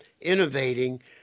innovating